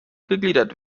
gegliedert